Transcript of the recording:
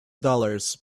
dollars